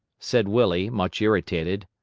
said willie, much irritated.